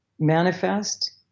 manifest